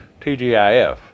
TGIF